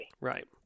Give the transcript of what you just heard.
Right